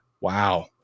Wow